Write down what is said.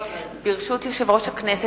ברשות יושב-ראש הכנסת,